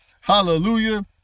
hallelujah